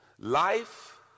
Life